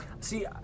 See